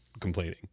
complaining